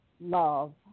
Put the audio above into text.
love